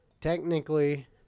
technically